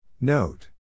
Note